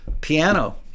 piano